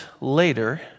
later